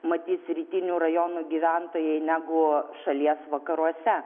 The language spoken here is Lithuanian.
matys rytinių rajonų gyventojai negu šalies vakaruose